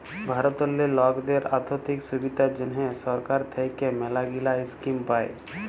ভারতেল্লে লকদের আথ্থিক সুবিধার জ্যনহে সরকার থ্যাইকে ম্যালাগিলা ইস্কিম পায়